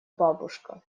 бабушка